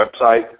website